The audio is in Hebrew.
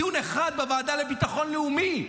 דיון אחד בוועדה לביטחון לאומי.